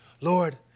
Lord